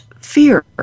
fear